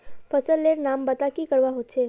फसल लेर नाम बता की करवा होचे?